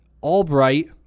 Albright